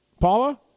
paula